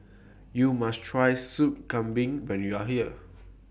YOU must Try Soup Kambing when YOU Are here